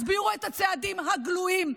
הסבירו את הצעדים הגלויים,